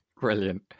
Brilliant